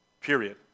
Period